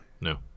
No